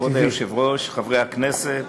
כבוד היושב-ראש, חברי הכנסת,